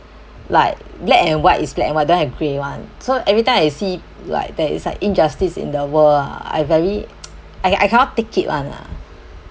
like black and white is black and white then a grey [one] so every time I see like there is like injustice in the world ah I very I I cannot take it [one] ah